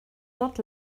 not